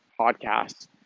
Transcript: podcast